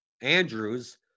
Andrews